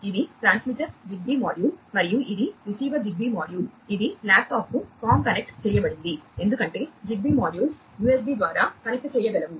ఇది transmitter Zigbee module మరియు ఇది రిసీవర్ జిగ్బీ మాడ్యూల్ ఇది ల్యాప్టాప్కు కామ్ కనెక్ట్ ద్వారా కనెక్ట్ చేయగలవు